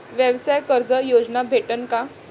व्यवसाय कर्ज योजना भेटेन का?